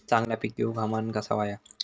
चांगला पीक येऊक हवामान कसा होया?